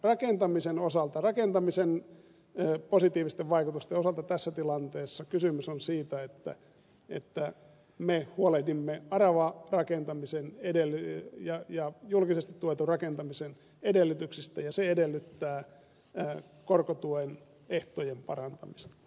rakentamisen osalta rakentamisen positiivisten vaikutusten osalta tässä tilanteessa kysymys on siitä että me huolehdimme aravarakentamisen ja julkisesti tuetun rakentamisen edellytyksistä ja se edellyttää korkotuen ehtojen parantamista